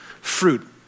fruit